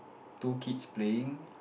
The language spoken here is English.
two kids playing